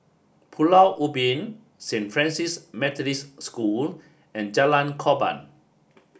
Pulau Ubin Saint Francis Methodist School and Jalan Korban